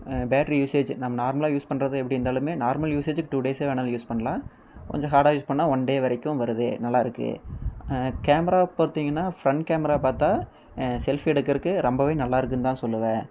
battery usage நம்ம நார்மலாக use பண்ணுறது எப்படி இருந்தாலுமே நார்மல் யூஸேஜுக்கு டூ டேஸ்ஸே வேணாலுமே யூஸ் பண்ணலாம் கொஞ்சம் ஹார்டாக யூஸ் பண்ணால் ஒன் டே வரைக்கும் வருது நல்லாருக்கு கேமரா பார்த்தீங்கனா ஃப்ரண்ட் கேமரா பார்த்தா செலஃபீ எடுக்குறக்கு ரொம்பவே நல்லாருக்குன்னு தான் சொல்லுவேன்